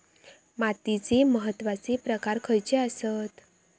मातीचे महत्वाचे प्रकार खयचे आसत?